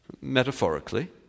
metaphorically